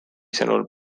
sõnul